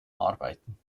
arbeiten